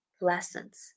lessons